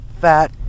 fat